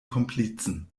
komplizen